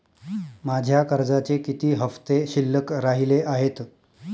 माझ्या कर्जाचे किती हफ्ते शिल्लक राहिले आहेत?